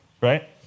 right